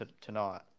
tonight